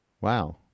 Wow